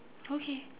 okay